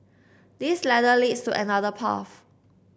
this ladder leads to another path